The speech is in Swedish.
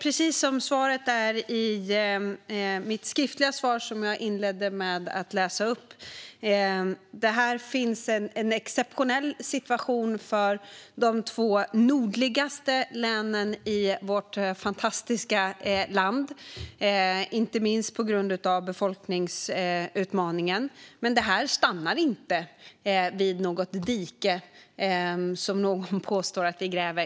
Precis som jag sa i mitt inledande svar är situationen för de två nordligaste länen i vårt fantastiska land exceptionell, inte minst på grund av befolkningsutmaningen, men det stannar inte vid något dike, som någon påstår att vi gräver.